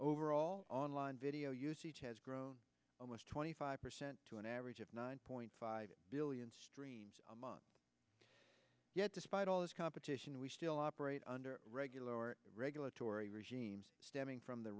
overall online video has grown almost twenty five percent to an average of nine point five billion streams a month yet despite all this competition we still operate under regular regulatory regimes stemming from the